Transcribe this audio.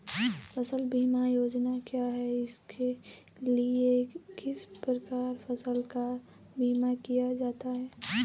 फ़सल बीमा योजना क्या है इसके लिए किस प्रकार फसलों का बीमा किया जाता है?